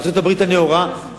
בארצות-הברית הנאורה,